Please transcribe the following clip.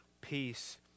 peace